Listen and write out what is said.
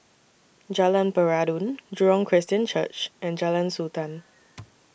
Jalan Peradun Jurong Christian Church and Jalan Sultan